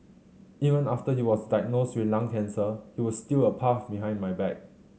even after he was diagnosed with lung cancer he would steal a puff behind my back